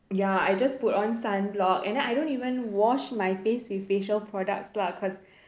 ya I just put on sunblock and then I don't even wash my face with facial products lah cause